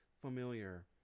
familiar